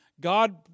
God